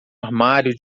armário